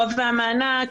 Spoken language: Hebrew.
גובה המענק,